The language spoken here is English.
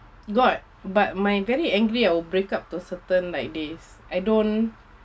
got but my very angry I will break up to a certain like days I don't